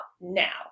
now